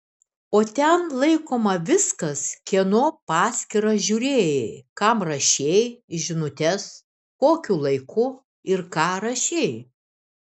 o ten laikoma viskas kieno paskyrą žiūrėjai kam rašei žinutes kokiu laiku ir ką rašei